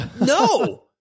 no